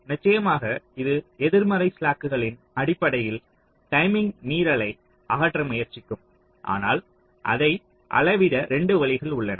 நிச்சயமாக இது எதிர்மறை ஸ்லாக்குகளின் அடிப்படையில் டைமிங் மீறலை அகற்ற முயற்சிக்கும் ஆனால் அதை அளவிட 2 வழிகள் உள்ளன